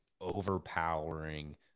overpowering